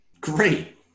Great